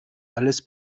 alles